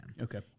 Okay